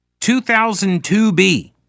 2002B